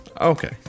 Okay